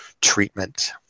treatment